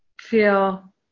feel